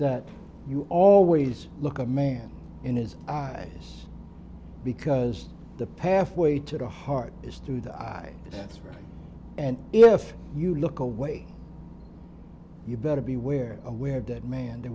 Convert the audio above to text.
that you always look a man in his eyes because the pathway to the heart is through the eyes and if you look away you better be where aware that man the